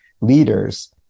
leader's